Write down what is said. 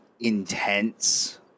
intense